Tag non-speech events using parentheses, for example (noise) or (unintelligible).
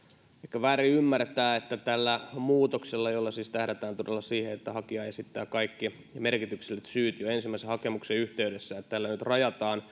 väärin ymmärtää että tällä muutoksella jolla siis tähdätään todella siihen että hakija esittää kaikki merkitykselliset syyt jo ensimmäisen hakemuksen yhteydessä nyt rajataan (unintelligible)